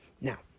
now